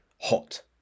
hot